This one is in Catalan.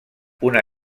una